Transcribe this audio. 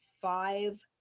five